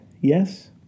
Yes